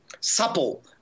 supple